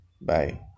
Bye